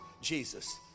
jesus